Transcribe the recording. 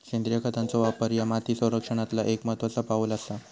सेंद्रिय खतांचो वापर ह्या माती संरक्षणातला एक महत्त्वाचा पाऊल आसा